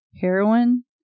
heroin